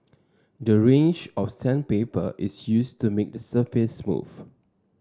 the range of sandpaper is used to make the surface smooth